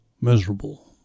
miserable